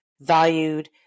valued